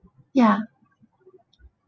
ya